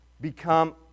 become